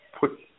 put